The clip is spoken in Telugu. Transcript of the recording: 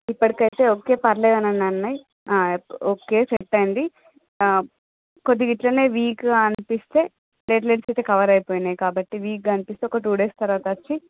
ఇప్పటికైతే ఓకే పర్లేదు అన్ని ఉన్నాయి ఓకే సెట్ అయింది కొద్దిగా ఇలాగే వీక్గా అనిపిస్తే ప్లేటెలెట్స్ అయితే కవర్ అయిపోయాయి కాబట్టి వీక్గా అనిపిస్తే ఒక టూ డేస్ తరువాత వచ్చి